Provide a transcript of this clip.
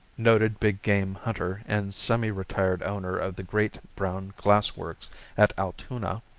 noted big game hunter and semi-retired owner of the great browne glassworks at altoona,